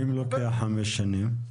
ואם לוקח חמש שנים?